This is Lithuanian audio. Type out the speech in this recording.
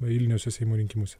eiliniuose seimo rinkimuose